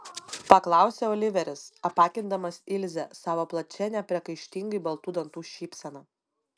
paklausė oliveris apakindamas ilzę savo plačia nepriekaištingai baltų dantų šypsena